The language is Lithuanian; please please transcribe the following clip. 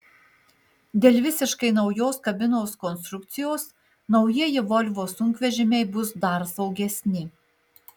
dėl visiškai naujos kabinos konstrukcijos naujieji volvo sunkvežimiai bus dar saugesni